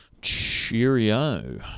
Cheerio